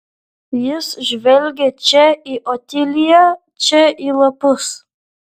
jis žvelgė čia į otiliją čia į lapus